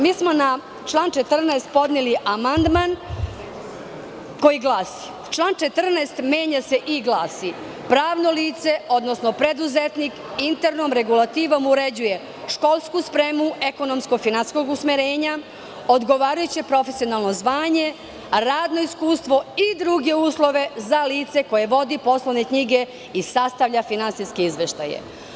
Mi smo na član 14. podneli amandman koji glasi: "Član 14. menja se i glasi – Pravno lice, odnosno preduzetnik internom regulativom uređuje školsku spremu ekonomsko-finansijskog usmerenja, odgovarajuće profesionalno zvanje, radno iskustvo i druge uslove za lice koje vodi poslovne knjige i sastavlja finansijske izveštaje"